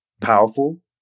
powerful